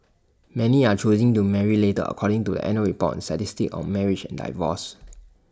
many are choosing to marry later according to the annual report on statistics on marriages and divorces